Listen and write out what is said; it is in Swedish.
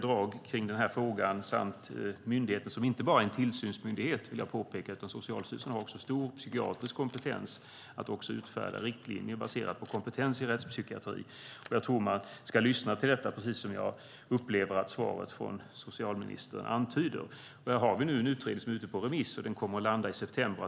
Jag vill påpeka att Socialstyrelsen inte bara är en tillsynsmyndighet, utan den har också stor rättspsykiatrisk kompetens när det gäller att utfärda riktlinjer. Jag tror att man ska lyssna till Socialstyrelsens bedömning och till utredningen i dess väsentliga drag kring den här frågan, och det upplever jag att svaret från socialministern antyder. Vi har nu en utredning som är ute på remiss, och den kommer att landa i september.